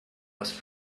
was